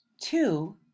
Two